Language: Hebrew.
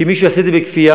כי מי שיעשה את זה בכפייה,